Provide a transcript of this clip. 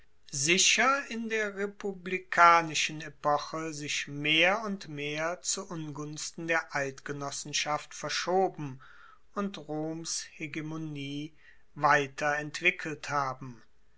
sicher in der republikanischen epoche sich mehr und mehr zu ungunsten der eidgenossenschaft verschoben und roms hegemonie weiter entwickelt haben